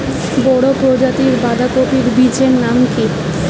বড় প্রজাতীর বাঁধাকপির বীজের নাম কি?